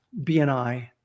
BNI